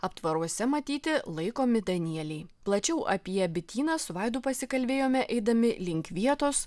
aptvaruose matyti laikomi danieliai plačiau apie bityną su vaidu pasikalbėjome eidami link vietos